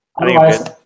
Otherwise